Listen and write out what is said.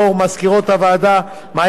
מזכירות הוועדה מעיין,